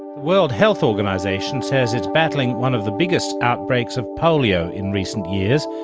world health organisation says it's battling one of the biggest outbreaks of polio in recent years,